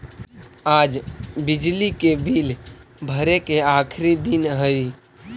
आज बिजली के बिल भरे के आखिरी दिन हई